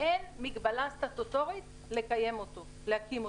אין מגבלה סטטוטורית להקים אותו.